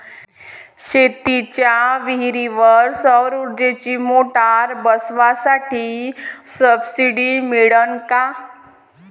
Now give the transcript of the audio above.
शेतीच्या विहीरीवर सौर ऊर्जेची मोटार बसवासाठी सबसीडी मिळन का?